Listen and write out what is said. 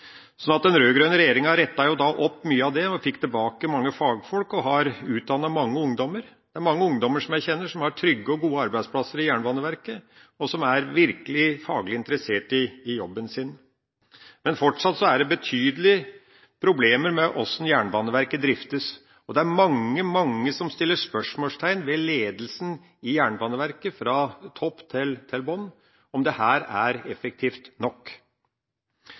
Den rød-grønne regjeringa rettet jo da opp mye av dette og fikk tilbake mange fagfolk og har utdannet mange ungdommer. Jeg kjenner mange ungdommer som har trygge og gode arbeidsplasser i Jernbaneverket, og som er virkelig faglig interessert i jobben sin. Men fortsatt er det betydelige problemer med måten Jernbaneverket driftes på, og det er mange, mange som setter spørsmålstegn ved ledelsen i Jernbaneverket – fra topp til bunn – om dette er effektivt nok.